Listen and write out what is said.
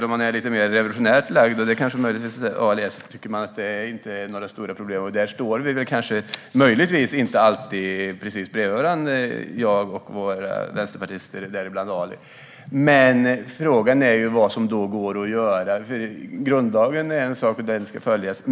Om man är lite mer revolutionärt lagd, och det kanske Ali Esbati är, tycker man inte att det är några stora problem. Där står vi möjligtvis inte alltid precis bredvid varandra, jag och våra vänsterpartister och däribland Ali. Frågan är vad som går att göra. Grundlagen är en sak, och den ska följas.